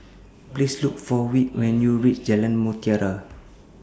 Please Look For Whit when YOU REACH Jalan Mutiara